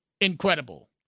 Incredible